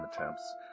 attempts